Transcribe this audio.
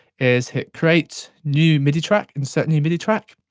is hit create new midi track, insert new midi track,